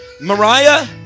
Mariah